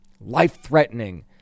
life-threatening